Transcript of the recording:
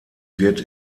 wird